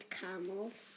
camels